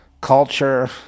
culture